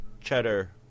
cheddar